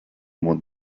more